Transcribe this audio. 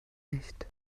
nicht